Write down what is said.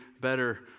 better